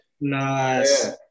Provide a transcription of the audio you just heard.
Nice